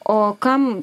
o kam